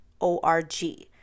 O-R-G